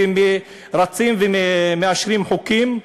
והם רצים ומאשרים חוקים,